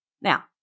Now